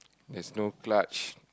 there's no clutch